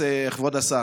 כבוד השר,